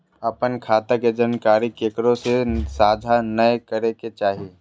अपने खता के जानकारी केकरो से साझा नयय करे के चाही